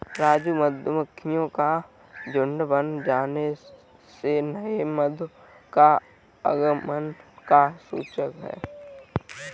राजू मधुमक्खियों का झुंड बन जाने से नए मधु का आगमन का सूचक है